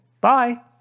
Bye